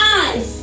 eyes